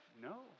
no